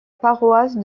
paroisse